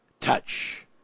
touch